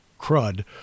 crud